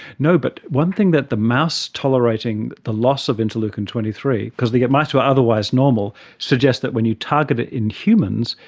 no, but one thing that the mouse tolerating the loss of interleukin twenty three, because the mice were otherwise normal, suggests that when you target it in humans,